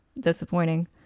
disappointing